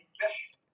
Yes